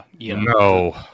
No